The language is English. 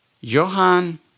Johann